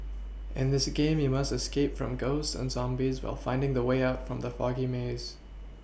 in this game you must escape from ghosts and zombies while finding the way out from the foggy maze